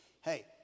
hey